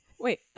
Wait